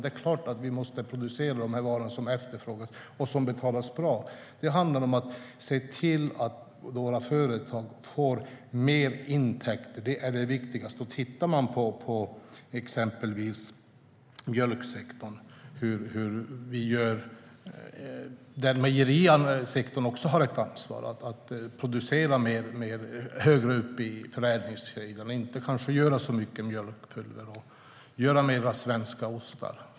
Det är klart att man ska producera de varor som efterfrågas och som betalar sig bra. Det handlar om att se till att några företag får mer intäkter, det är det viktigaste. När det gäller till exempel mjölkproduktion har också mejerisektorn ett ansvar att producera högre upp i förädlingskedjan. Man ska kanske inte tillverka så mycket mjölkpulver, utan mera svenska ostar.